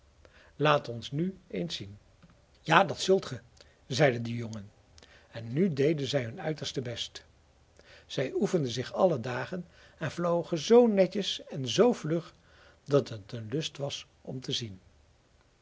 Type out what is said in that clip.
laat ons nu eens zien ja dat zult ge zeiden de jongen en nu deden zij hun uiterste best zij oefenden zich alle dagen en vlogen zoo netjes en zoo vlug dat het een lust was om te zien